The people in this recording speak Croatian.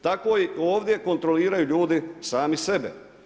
Tako i ovdje kontroliraju ljudi sami sebe.